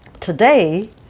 Today